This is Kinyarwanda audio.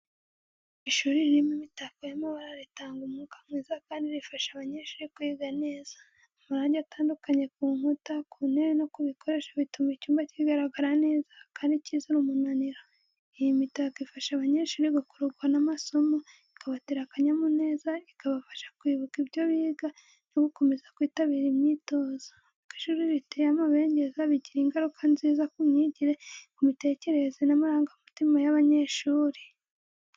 Ishuri ririmo imitako y’amabara ritanga umwuka mwiza kandi rifasha abanyeshuri kwiga neza. Amarangi atandukanye ku nkuta, ku ntebe no ku bikoresho bituma icyumba kigaragara neza kandi kizira umunaniro. Iyi mitako ifasha abanyeshuri gukururwa n’amasomo, ikabatera akanyamuneza, ikabafasha kwibuka ibyo biga no gukomeza kwitabira imyitozo. Uko ishuri riteye amabengeza, bigira ingaruka nziza ku myigire, ku mitekerereze n’amarangamutima y’abanyeshuri.